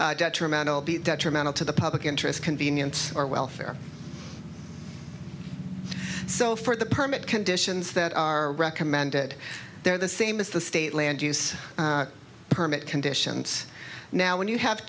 detrimental be detrimental to the public interest convenience or welfare so for the permit conditions that are recommended there the same is the state land use permit conditions now when you have